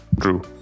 True